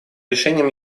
решениям